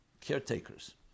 caretakers